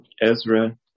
Ezra